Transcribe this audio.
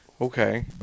Okay